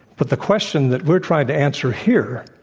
but the question that we're trying to answer here,